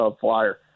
flyer